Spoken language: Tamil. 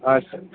ஆ சரி